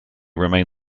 remain